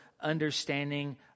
understanding